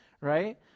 right